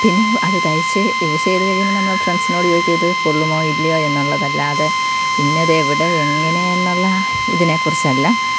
പിന്നേയും അത് തയ്ച്ച് യൂസ് ചെയ്ത് കഴിയുമ്പോൾ നമ്മൾ ഫ്രണ്ട്സിനോട് ചോദിക്കും ഇത് കൊള്ളുമോ ഇല്ലയോ എന്നുള്ളത് അല്ലാതെ ഇന്നത് എവിടെ എങ്ങനേ എന്നുള്ള ഇതിനെക്കുറിച്ചല്ല